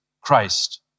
christ